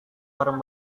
barang